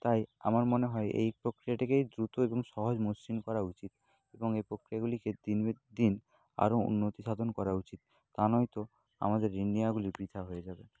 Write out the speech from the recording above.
তাই আমার মনে হয় এই প্রক্রিয়াটাকেই দ্রুত এবং সহজ মসৃণ করা উচিত এবং এই প্রক্রিয়াগুলিকে দিনের দিন আরও উন্নতি সাধন করা উচিত তা নয়তো আমাদের ঋণ নেওয়াগুলি বৃথা হয়ে যাবে